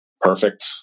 Perfect